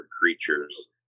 creatures